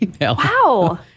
Wow